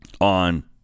on